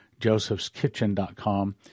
josephskitchen.com